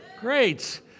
Great